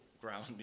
ground